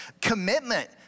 commitment